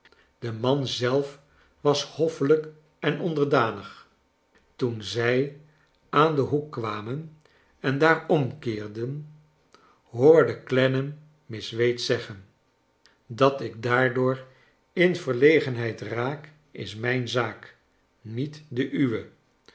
de man zelf was hoffelijk en onderdanig toen zij aan den hoek kwamen en daar omkeerden hoorde clennam miss wade zeggen dat ik daardoor in verlegenheid raak is mijn zaak niet de uwe